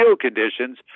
conditions